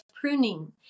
pruning